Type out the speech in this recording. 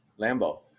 Lambo